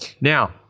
Now